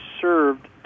served